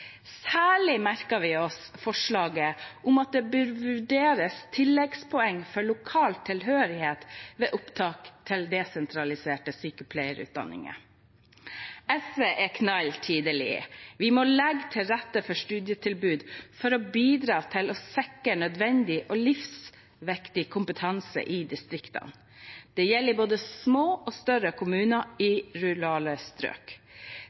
Særlig merket vi oss forslaget om at det bør vurderes tilleggspoeng for lokal tilhørighet ved opptak til desentraliserte sykepleierutdanninger. SV er tydelig: Vi må legge til rette for studietilbud for å bidra til å sikre nødvendig og livsviktig kompetanse i distriktene. Det gjelder både i små og større kommuner